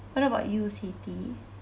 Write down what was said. what about you siti